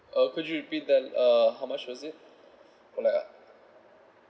uh could you repeat that uh how much was it